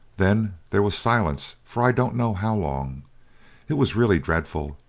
then there was silence for i don't know how long it was really dreadful,